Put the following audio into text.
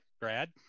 Brad